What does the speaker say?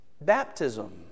baptism